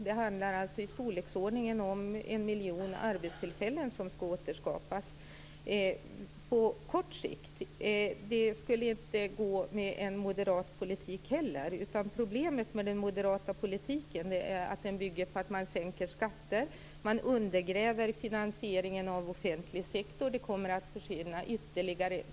Det handlar om i storleksordningen en miljon arbetstillfällen som skall återskapas på kort sikt. Det skulle inte gå med en moderat politik heller. Problemet med den moderata politiken är att den bygger på att man sänker skatter och undergräver finansieringen av offentlig sektor. Det kommer att försvinna ytterligare jobb.